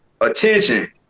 attention